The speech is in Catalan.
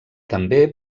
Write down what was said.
també